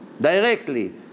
Directly